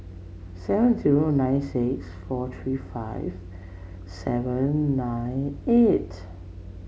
seven zero nine six four three five seven nine eight